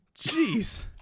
Jeez